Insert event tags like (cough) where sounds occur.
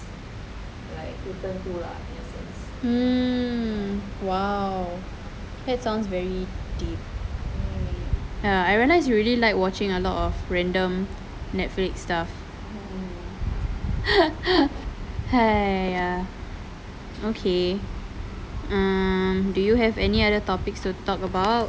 mm !wow! that sounds very deep ya I realise you really like watching a lot of random netflix stuff (laughs) okay um do you have any other topics to talk about